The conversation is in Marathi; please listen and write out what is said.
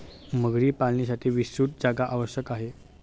मगरी पालनासाठी विस्तृत जागा आवश्यक आहे